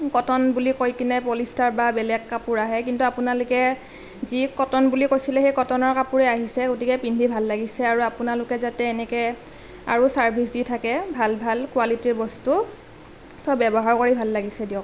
cotton বুলি কৈ কিনে পলিষ্টাৰ বা বেলেগ কাপোৰ আহে কিন্তু আপোনালোকে যি কটন বুলি কৈছিলে সেই কটনৰ কাপোৰেই আহিছে গতিকে পিন্ধি ভাল লাগিছে আৰু আপোনালোকে যাতে এনেকৈ আৰু চাৰ্ভিচ ৈ দি থাকে ভাল ভাল কোৱালিটিৰ বস্তু ব্যৱহাৰ কৰি ভাল লাগিছে দিয়ক